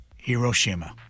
Hiroshima